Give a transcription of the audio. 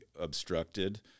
obstructed